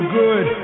good